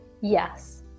Yes